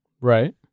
Right